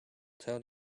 tell